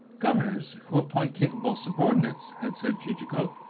governors who appoint capable subordinates, had said chichikov,